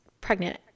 pregnant